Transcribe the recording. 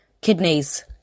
kidneys